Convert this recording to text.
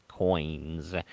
Coins